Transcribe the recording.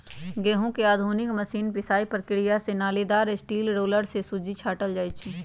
गहुँम के आधुनिक मशीन पिसाइ प्रक्रिया से नालिदार स्टील रोलर से सुज्जी छाटल जाइ छइ